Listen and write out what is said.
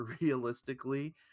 realistically